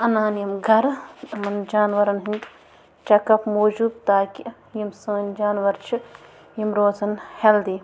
اَنان یِم گَرٕ یِمَن جانوَرَن ہُند چَک اَپ موٗجوٗب تاکہِ یِم سٲنۍ جانوَر چھِ یِم روزَن ہٮ۪لدی